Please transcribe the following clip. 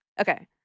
okay